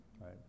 right